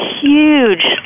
huge